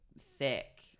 thick